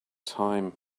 time